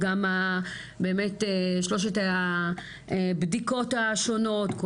גם הבאמת שלושת הבדיקות השונות,